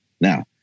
Now